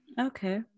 Okay